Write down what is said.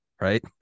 right